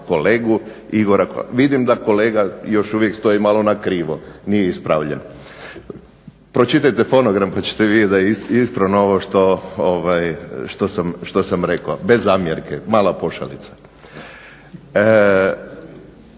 Kolmana. Vidim da kolega još uvijek stoji malo na krivo, nije ispravljen. Pročitajte fonogram pa ćete vidjet da je ispravno ovo što sam rekao, bez zamjerke, mala pošalica.